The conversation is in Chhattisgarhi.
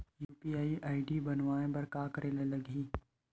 यू.पी.आई आई.डी बनाये बर का करे ल लगही?